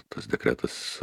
tas dekretas